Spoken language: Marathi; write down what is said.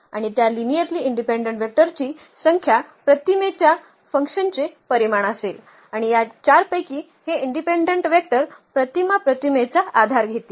आणि त्या लिनियर्ली इनडिपेंडंट वेक्टरची संख्या प्रतिमेच्या F चे परिमाण असेल आणि या 4 पैकी हे इनडिपेंडंट वेक्टर प्रतिमा प्रतिमेचा आधार घेतील